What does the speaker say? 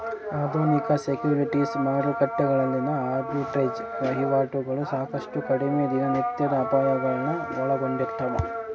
ಆಧುನಿಕ ಸೆಕ್ಯುರಿಟೀಸ್ ಮಾರುಕಟ್ಟೆಗಳಲ್ಲಿನ ಆರ್ಬಿಟ್ರೇಜ್ ವಹಿವಾಟುಗಳು ಸಾಕಷ್ಟು ಕಡಿಮೆ ದಿನನಿತ್ಯದ ಅಪಾಯಗಳನ್ನು ಒಳಗೊಂಡಿರ್ತವ